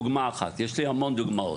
זוהי דוגמה אחת, ויש לי המון דוגמאות.